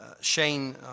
Shane